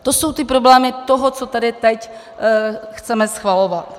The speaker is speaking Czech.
To jsou ty problémy toho, co tady teď chceme schvalovat.